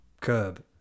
curb